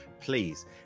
please